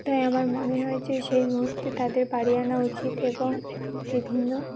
তাই আমার মনে হয় যে সেই মুহূর্তে তাদের বাড়ি আনা উচিত এবং বিভিন্ন